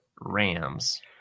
rams